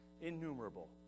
innumerable